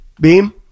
Beam